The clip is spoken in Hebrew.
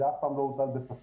זה אף פעם לא הוטל בספק.